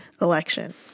election